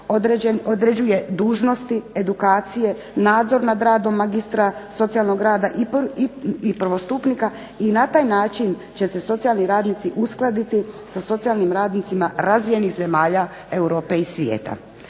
određuje dužnosti, edukacije, nadzor nad radom magistra socijalnog rada i prvostupnika i na taj način će se socijalni radnici uskladiti sa socijalnim radnicima razvijenih zemalja Europe i svijeta.